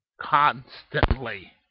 Constantly